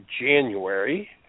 January